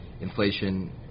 inflation